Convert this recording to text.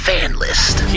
FanList